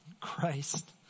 Christ